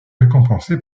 récompensé